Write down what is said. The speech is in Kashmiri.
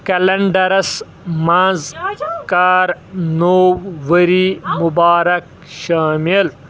کلینڈرس منٛز کر نوٚو ؤری مبارک شٲمل